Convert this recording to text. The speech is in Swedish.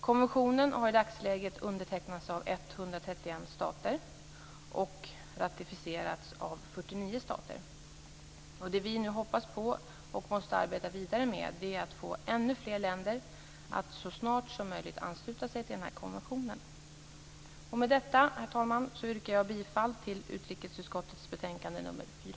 Konventionen har i dagsläget undertecknats av 131 stater och ratificerats av 49 stater. Vi hoppas på - och måste arbeta vidare med - att få ännu fler länder att så snart som möjligt ansluta sig till konventionen. Herr talman! Jag yrkar bifall till hemställan i utrikesutskottets betänkande nr 4.